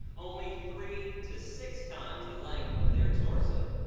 only three to six times the length of their torso.